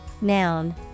noun